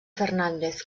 fernández